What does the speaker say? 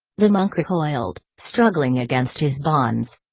the monk recoiled, struggling against his bonds.